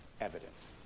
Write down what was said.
evidence